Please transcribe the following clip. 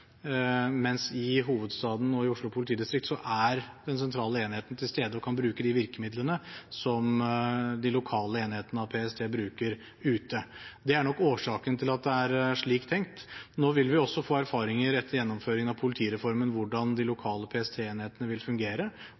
og kan bruke de virkemidlene som de lokale enhetene av PST bruker ute. Det er nok årsaken til at det er tenkt slik. Nå vil vi etter gjennomføringen av politireformen også få erfaringer med hvordan de lokale PST-enhetene fungerer. Kanskje vil